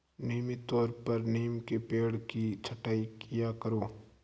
नियमित तौर पर नीम के पेड़ की छटाई किया करो